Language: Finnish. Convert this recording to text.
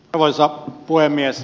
arvoisa puhemies